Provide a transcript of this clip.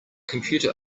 computer